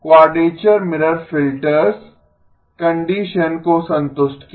quadrature mirror filters condition को संतुष्ट किया